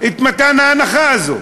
מתן ההנחה הזו?